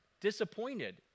disappointed